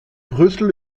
brüssel